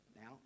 Now